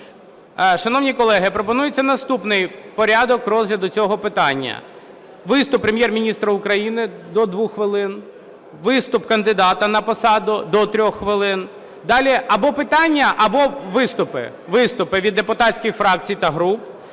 Шановні колеги, пропонується наступний порядок розгляду цього питання. Виступ Прем'єр-міністра України – до 2 хвилин, виступ кандидата на посаду – до 3 хвилин. Далі або питання, або виступи. Виступи від депутатських фракцій та груп,